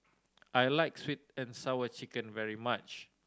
I like Sweet And Sour Chicken very much